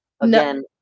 again